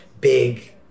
big